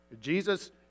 Jesus